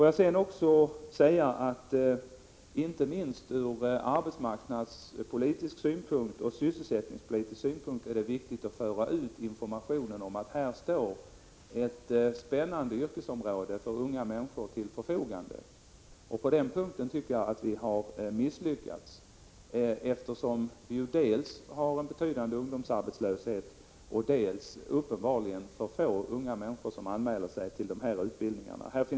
Jag vill också säga att det inte minst ur arbetsmarknadspolitisk och sysselsättningspolitisk synpunkt är viktigt att föra ut information om att ett spännande yrkesområde här står till förfogande för unga människor. På den punkten tycker jag att vi har misslyckats, eftersom det dels förekommer en betydande ungdomsarbetslöshet, dels uppenbarligen är för få unga människor som anmäler sig till de utbildningar som det gäller.